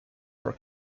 for